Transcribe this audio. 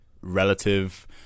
relative